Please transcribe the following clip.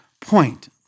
point